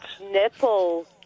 Nipple